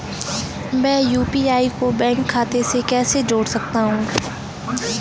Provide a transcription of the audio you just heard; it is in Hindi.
मैं यू.पी.आई को बैंक खाते से कैसे जोड़ सकता हूँ?